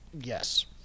Yes